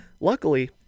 Luckily